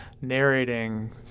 narrating